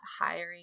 hiring